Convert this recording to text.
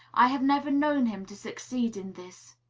i have never known him to succeed in this.